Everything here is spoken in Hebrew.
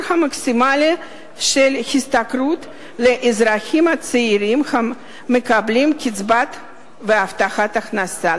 המקסימלי של השתכרות אזרחים צעירים המקבלים קצבת הבטחת הכנסה.